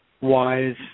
wise